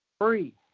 Free